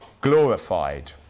glorified